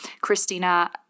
Christina